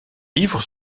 livres